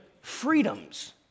freedoms